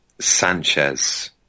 Sanchez